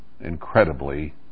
incredibly